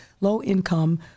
low-income